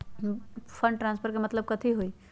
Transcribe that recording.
Fund transfer के मतलब कथी होई?